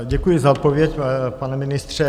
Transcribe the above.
Děkuji za odpověď, pane ministře.